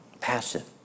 Passive